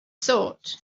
sort